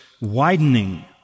widening